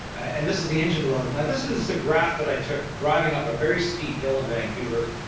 and this is the engine load. now this is a graph that i took driving up a very steep hill in vancouver,